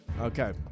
Okay